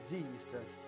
Jesus